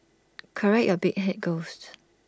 correct your big Head ghost